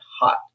hot